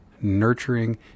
nurturing